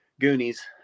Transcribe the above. Goonies